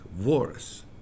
worse